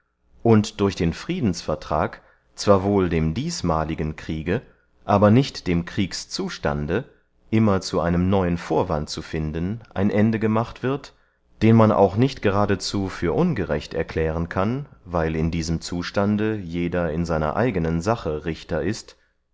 und durch den friedensvertrag zwar wohl dem diesmaligen kriege aber nicht dem kriegszustande immer zu einem neuen vorwand zu finden ein ende gemacht wird den man auch nicht geradezu für ungerecht erklären kann weil in diesem zustande jeder in seiner eigenen sache richter ist